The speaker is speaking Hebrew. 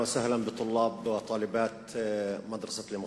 (נושא דברים בשפה הערבית,